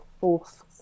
fourth